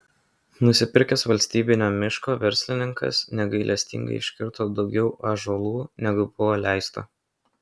nusipirkęs valstybinio miško verslininkas negailestingai iškirto daugiau ąžuolų negu buvo leista